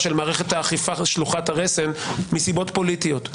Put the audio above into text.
של מערכת האכיפה שלוחת הרסן מסיבות פוליטיות.